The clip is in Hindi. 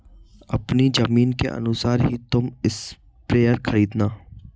अपनी जमीन के अनुसार ही तुम स्प्रेयर खरीदना